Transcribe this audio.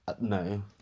No